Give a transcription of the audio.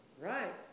Right